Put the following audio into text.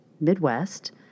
Midwest